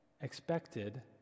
expected